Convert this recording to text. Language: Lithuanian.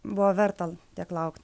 buvo vertal tiek lauk